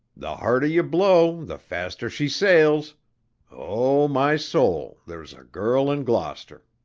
the harder ye blow the faster she sails o my soul, there's a girl in gloucester!